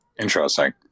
Interesting